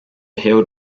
hilt